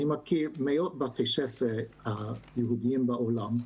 אני מכיר מאות בתי ספר יהודיים בעולם.